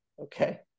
Okay